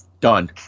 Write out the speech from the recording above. done